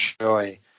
joy